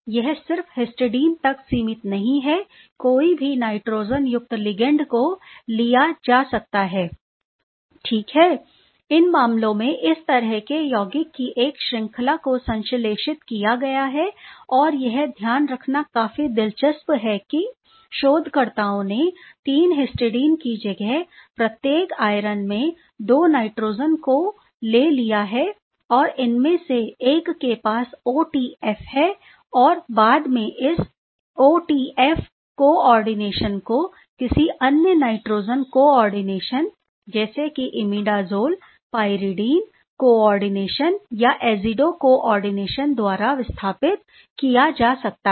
यह सिर्फ हिस्टडीन तक सीमित नहीं है कोई भी नाइट्रोजन युक्त लिगैंड लिया जा सकता है ठीक है इन मामलों में इस तरह के यौगिक की एक श्रृंखला को संश्लेषित किया गया है और यह ध्यान रखना काफी दिलचस्प है कि शोधकर्ताओं ने 3 हिस्टिडाइन की जगह प्रत्येक आयरन में दो नाइट्रोजन को ले लिया है और इनमें से एक के पास ओटीएफ है और बाद में इस ओटीएफ कोऑर्डिनेशन को किसी अन्य नाइट्रोजन कोऑर्डिनेशन जैसे कि इमिडाज़ोल पाइरिडिन कोआर्डिनेशन या एजिडो कोआर्डिनेशन द्वारा विस्थापित किया जा सकता है